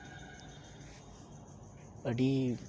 ᱟᱹᱰᱤ